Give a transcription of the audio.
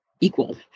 equal